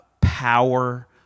power